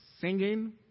singing